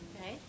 Okay